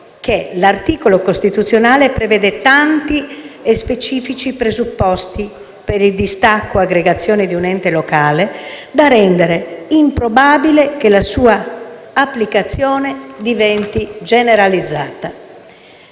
che l'articolo costituzionale prevede tanti e specifici presupposti per il distacco-aggregazione di un ente locale da rendere improbabile che la sua applicazione diventi generalizzata.